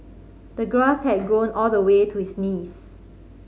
the grass had grown all the way to his knees